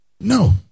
No